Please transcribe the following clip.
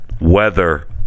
weather